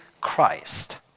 Christ